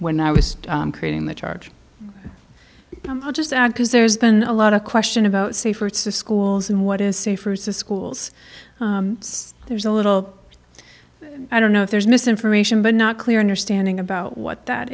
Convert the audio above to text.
when i was creating the charge i'll just add because there's been a lot of question about safer to schools and what is safe to schools there's a little i don't know if there's misinformation but not clear understanding about what that